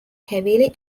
heavily